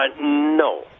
No